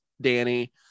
Danny